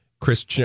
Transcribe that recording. Chris